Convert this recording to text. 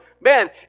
man